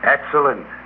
Excellent